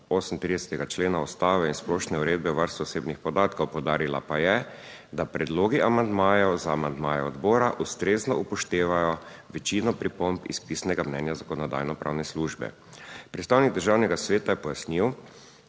38. člena Ustave in splošne uredbe o varstvu osebnih podatkov, poudarila pa je, da predlogi amandmajev za amandmaje odbora ustrezno upoštevajo večino pripomb iz pisnega mnenja Zakonodajno-pravne službe. Predstavnik Državnega sveta je pojasnil,